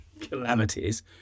calamities